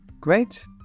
great